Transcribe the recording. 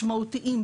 משמעותיים,